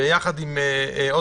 אבל אנחנו